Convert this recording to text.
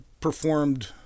performed